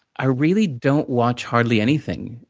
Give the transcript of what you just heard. i really don't watch hardly anything.